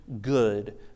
good